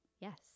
Yes